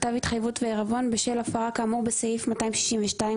כתב התחייבות ועירבון בשל הפרה כאמור בסעיף 262(1א),